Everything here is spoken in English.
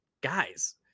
guys